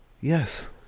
Yes